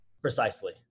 Precisely